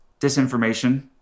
disinformation